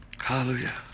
Hallelujah